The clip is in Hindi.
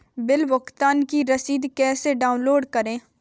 बिल भुगतान की रसीद कैसे डाउनलोड करें?